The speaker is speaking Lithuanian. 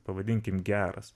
pavadinkim geras